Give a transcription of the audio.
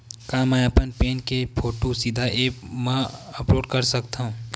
का मैं अपन पैन के फोटू सीधा ऐप मा अपलोड कर सकथव?